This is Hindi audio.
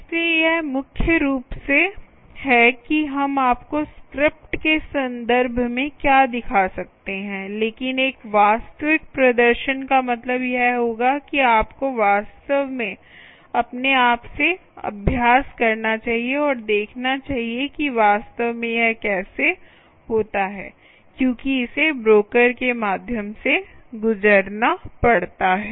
इसलिए यह मुख्य रूप से है कि हम आपको स्क्रिप्ट के संदर्भ में क्या दिखा सकते हैं लेकिन एक वास्तविक प्रदर्शन का मतलब यह होगा कि आपको वास्तव में अपने आप से अभ्यास करना चाहिए और देखना चाहिए कि वास्तव में यह कैसे होता है क्योंकि इसे ब्रोकर के माध्यम से गुजरना पड़ता है